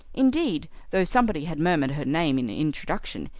indeed, though somebody had murmured her name in introduction,